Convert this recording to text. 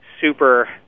super